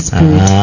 Spirit